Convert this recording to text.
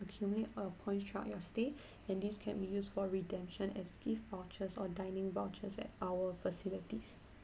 accumulate uh points throughout your stay and these can be used for redemption as gift vouchers or dining vouchers at our facilities